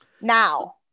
Now